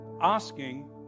asking